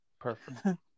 Perfect